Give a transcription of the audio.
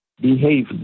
behave